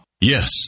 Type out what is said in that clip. Yes